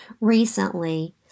Recently